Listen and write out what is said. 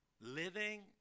Living